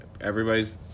everybody's